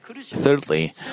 Thirdly